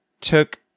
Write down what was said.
took